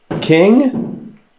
King